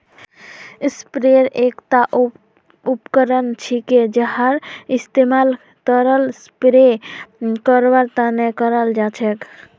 sprayer एकता उपकरण छिके जहार इस्तमाल तरल स्प्रे करवार तने कराल जा छेक